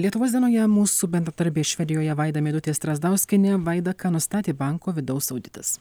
lietuvos dienoje mūsų bendradarbė švedijoje vaida meidutė strazdauskienė vaida ką nustatė banko vidaus auditas